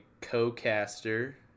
co-caster